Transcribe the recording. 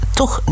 toch